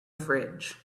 fridge